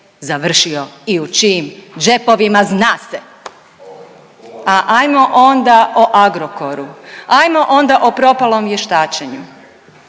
završio i u čijim džepovima. Zna se. A ajmo onda o Agrokoru, ajmo onda o propalom vještačenju,